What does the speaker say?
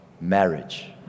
marriage